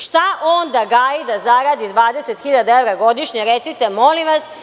Šta on da gaji da zaradi 20.000 evra godišnje, recite molim vas?